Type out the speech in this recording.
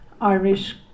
Irish